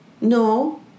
no